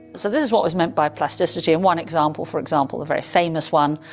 so this is what is meant by plasticity and one example for example, a very famous one,